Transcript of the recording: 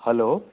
hello